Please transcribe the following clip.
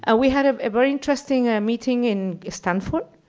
and we had a very interesting meeting in stanford,